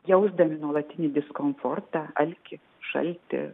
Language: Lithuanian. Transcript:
jausdami nuolatinį diskomfortą alkį šaltį